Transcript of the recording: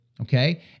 Okay